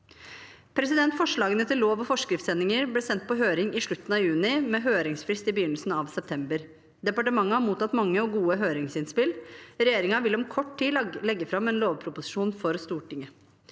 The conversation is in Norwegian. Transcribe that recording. prosess. Forslagene til lov- og forskriftsendringer ble sendt på høring i slutten av juni med høringsfrist i begynnelsen av september. Departementet har mottatt mange gode høringsinnspill. Regjeringen vil om kort tid legge fram en lovproposisjon for Stortinget.